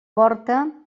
porta